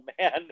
man